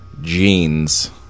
jeans